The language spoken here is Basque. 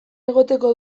egoteko